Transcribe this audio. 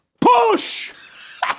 push